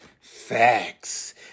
facts